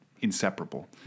inseparable